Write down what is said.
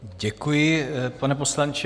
Děkuji, pane poslanče.